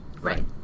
Right